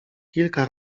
kilka